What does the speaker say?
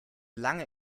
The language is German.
lange